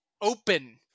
open